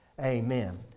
Amen